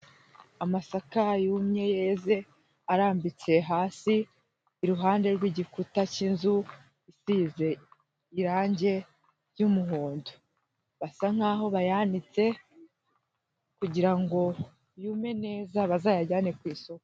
Amasaka yumye yeze arambitse hasi iruhande rw'igikuta cy'inzu isize irangi ry'umuhondo, basa nk'aho bayanitse kugira ngo yume neza bazayajyane ku isoko.